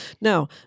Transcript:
Now